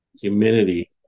humidity